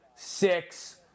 Six